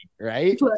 right